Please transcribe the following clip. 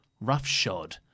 Roughshod